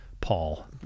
Paul